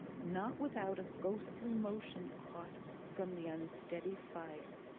not without a ghostly motion caught from the unsteady fire,